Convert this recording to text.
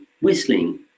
whistling